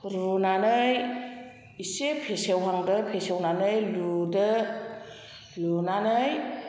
रुनानै एसे फेसेवहांदो फेसेवनानै लुदो लुनानै